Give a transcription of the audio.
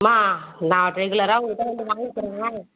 மா நான் ரெகுலராக உங்கள்கிட்ட வந்து வாங்கிக்குறேன்